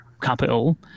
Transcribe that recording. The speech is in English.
capital